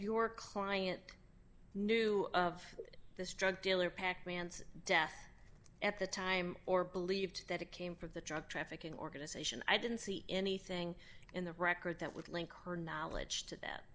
your client knew of this drug dealer past man's death at the time or believed that it came for the drug trafficking organization i didn't see anything in the record that would link her knowledge to that